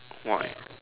why